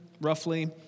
roughly